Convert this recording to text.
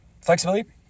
flexibility